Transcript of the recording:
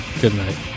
Goodnight